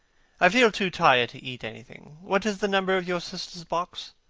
i feel too tired to eat anything. what is the number of your sister's box?